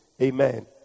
Amen